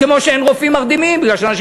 כמו שאין רופאים מרדימים מפני שאנשים